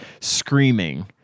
screaming